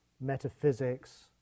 metaphysics